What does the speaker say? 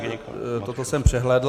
Toto jsem přehlédl.